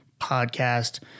podcast